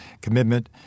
commitment